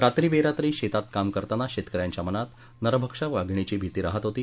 रात्री बेरात्री शेतात काम करतांना शेतक यांच्या मनात नरभक्षक वाघिणीची भीती राहत होती